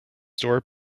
store